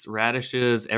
radishes